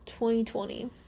2020